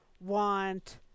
want